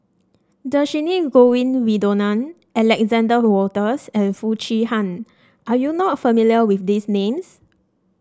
Dhershini Govin Winodan Alexander Wolters and Foo Chee Han are you not familiar with these names